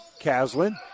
Kaslin